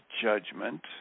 judgment